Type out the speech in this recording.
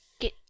Get